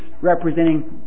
representing